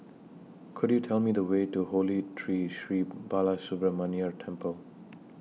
Could YOU Tell Me The Way to Holy Tree Sri Balasubramaniar Temple